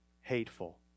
hateful